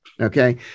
Okay